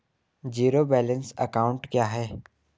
Zero balance account क्या है?